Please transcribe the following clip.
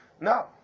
No